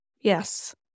Yes